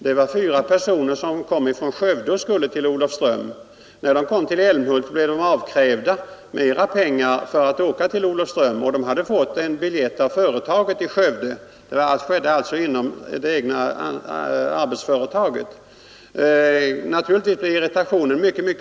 Det var fyra personer som reste från Skövde och skulle till Olofström. Men när de kom till Älmhult blev de avkrävda ny avgift för att få resa till Olofström. Vederbörande företog resan i tjänsten och hade fått färdbiljett genom det företag där de var anställda, och irritationen blev naturligtvis mycket stark.